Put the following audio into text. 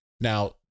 now